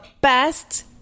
best